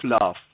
love